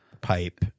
pipe